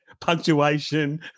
punctuation